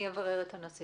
אני אברר את הנושא.